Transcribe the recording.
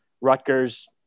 Rutgers